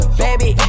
baby